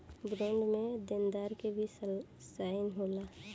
bond में देनदार के भी साइन होला